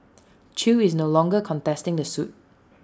chew is no longer contesting the suit